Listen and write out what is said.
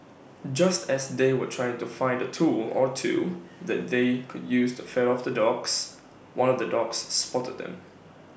just as they were trying to find A tool or two that they could use to fend off the dogs one of the dogs spotted them